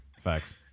Facts